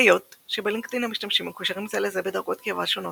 היות שבלינקדאין המשתמשים מקושרים זה לזה בדרגות קרבה שונות,